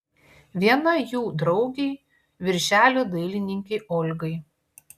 viena jų draugei viršelio dailininkei olgai